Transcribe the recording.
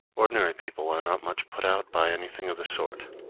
ordinary people are not much put out by anything of the sort.